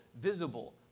visible